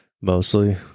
mostly